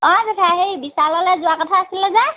অ জেঠাই হেৰি বিশাললৈ যোৱাৰ কথা আছিলে যে